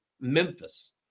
Memphis